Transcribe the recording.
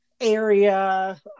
area